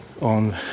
on